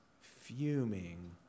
fuming